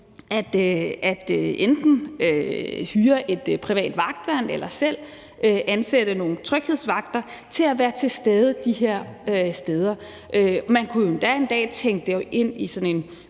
for enten at hyre et privat vagtværn eller selv ansætte nogle tryghedsvagter til at være til stede de her steder. Man kunne jo endda en dag tænke det ind i sådan en